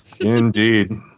Indeed